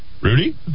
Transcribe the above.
Rudy